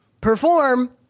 perform